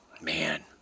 Man